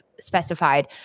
specified